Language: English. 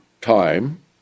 time